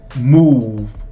move